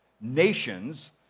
nations